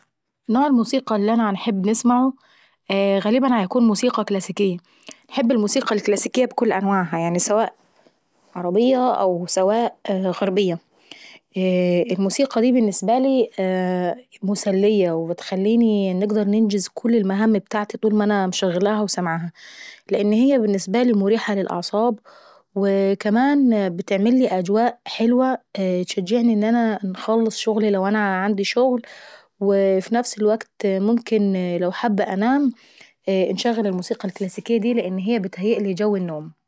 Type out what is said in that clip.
نوع الموسيقى اللي انا باحب نسمعه غالبا بيكون موسيقى كلاسيكية، انحب الموسيقى الكلاسيكية ابكل أنواعها يعني سواء موسيقى غربية أو موسيقى عربية. الموسيقى دي بالنسبة لي مسلية وبتخليني نقدر ننجزكل المهام ابتاعتي طول ماانا امشغلاها او سمعاها. لان هي بالنسبة لي مريحة للاعصاب وكمان بتعملي اجواء حلوة تشجعني ان انا انخلص شغلي لو انا عندي شغل. وفي نفس الوكت ممكن لو حابة انام انشغل الموسيقى الكلاسيكية داي لان هي بتهيئلي جو النوم.